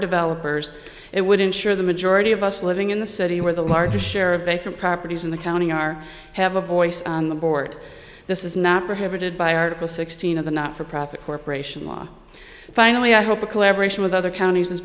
developers it would ensure the majority of us living in the city where the largest share of vacant properties in the county are have a voice on the board this is not prohibited by article sixteen of the not for profit corporation law finally i hope a collaboration with other counties is